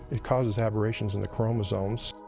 it causes aberrations in the chromosomes.